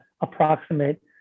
approximate